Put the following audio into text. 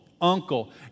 uncle